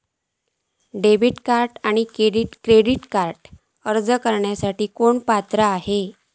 Debit आणि credit कार्डक अर्ज करुक कोण पात्र आसा?